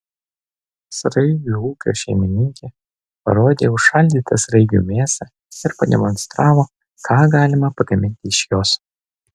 sraigių ūkio šeimininkė parodė užšaldytą sraigių mėsą ir pademonstravo ką galima pagaminti iš jos